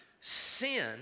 sin